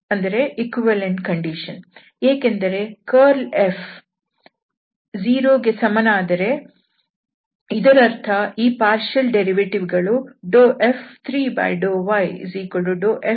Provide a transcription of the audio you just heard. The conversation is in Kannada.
ಏಕೆಂದರೆ ಕರ್ಲ್ F 0 ಗೆ ಸಮ ವಾದರೆ ಇದರರ್ಥ ಈ ಭಾಗಶಃ ಉತ್ಪನ್ನ ಗಳು F3∂yF2∂z F1∂zF3∂x